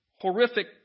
horrific